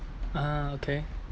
ah okay